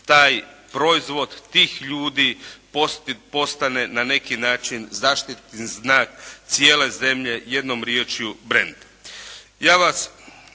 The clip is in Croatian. taj proizvod tih ljudi postane na neki način zaštitni znak cijele zemlje, jednom riječju brand.